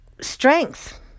strength